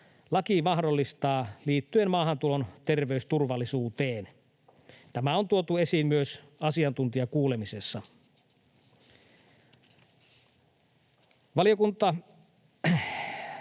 laki mahdollistaa liittyen maahantulon terveysturvallisuuteen. Tämä on tuotu esiin myös asiantuntijakuulemisessa.